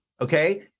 okay